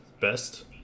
best